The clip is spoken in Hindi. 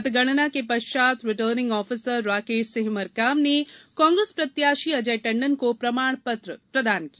मतगणना के पश्चात रिटर्निंग ऑफिसर राकेश सिंह मरकाम ने कांग्रेसी प्रत्याशी अजय टंडन को प्रमाण पत्र प्रदान किया